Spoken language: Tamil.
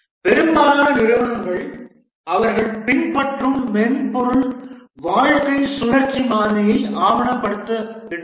பெரும்பாலான நிறுவனங்கள் அவர்கள் பின்பற்றும் மென்பொருள் வாழ்க்கை சுழற்சி மாதிரியை ஆவணப்படுத்துகின்றன